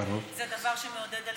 זה דבר שמעודד אלימות.